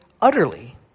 utterly